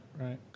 right